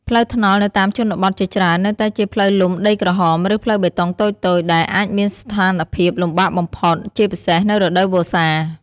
ផ្លូវថ្នល់នៅតាមជនបទជាច្រើននៅតែជាផ្លូវលំដីក្រហម ឬផ្លូវបេតុងតូចៗ ដែលអាចមានស្ថានភាពលំបាកបំផុត ជាពិសេសនៅរដូវវស្សា។